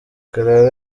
karara